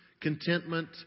contentment